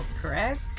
correct